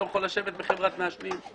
לא יכול לשבת בחברת מעשנים.